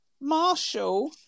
Marshall